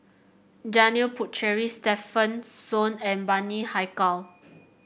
Janil Puthucheary Stefanie Sun and Bani Haykal